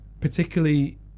particularly